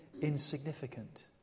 insignificant